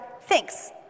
Thanks